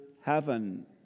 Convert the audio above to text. heaven